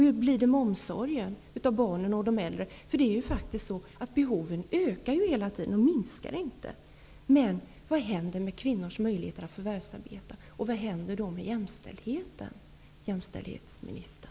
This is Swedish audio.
Hur blir det med omsorgen om barn och äldre? Behoven ökar hela tiden, de minskar ju inte. Men vad händer med kvinnors möjligheter att förvärvsarbeta och med jämställdheten, jämställdhetsministern?